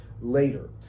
later